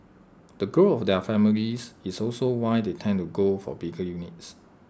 the growth of their families is also why they tend to go for bigger units